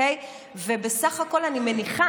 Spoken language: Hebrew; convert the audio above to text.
ובסך הכול אני מניחה,